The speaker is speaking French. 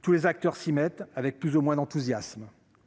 Tous les acteurs s'y mettent, avec plus ou moins d'enthousiasme